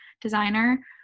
designer